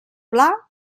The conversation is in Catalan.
pla